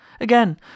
Again